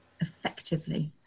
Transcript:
effectively